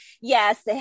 yes